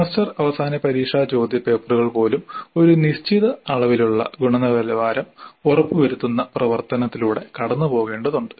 semester അവസാന പരീക്ഷാ പേപ്പറുകൾ പോലും ഒരു നിശ്ചിത അളവിലുള്ള ഗുണനിലവാരം ഉറപ്പ് വരുത്തുന്ന പ്രവർത്തനത്തിലൂടെ കടന്നുപോകേണ്ടതുണ്ട്